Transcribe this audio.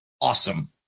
Awesome